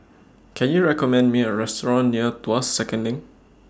Can YOU recommend Me A Restaurant near Tuas Second LINK